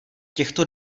těchto